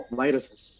viruses